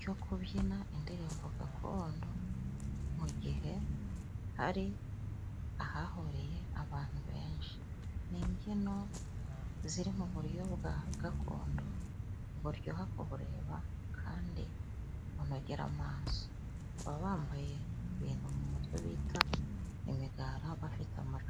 cyo kubyina indirimbo gakondo, mu gihe hari ahahuriye abantu benshi. Ni imbyino ziri mu buryo bwa gakondo buryoha kubureba kandi bunogera amaso, baba bambaye ibintu mu mutwe bita imigara bafite amacumu.